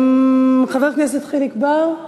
חבר הכנסת חיליק בר,